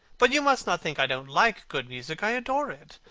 but you must not think i don't like good music. i adore it,